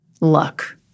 luck